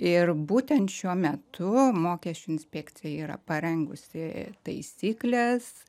ir būtent šiuo metu mokesčių inspekcija yra parengusi taisykles